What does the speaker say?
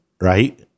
Right